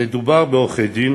מדובר בעורכי-דין,